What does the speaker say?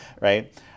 right